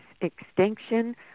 Extinction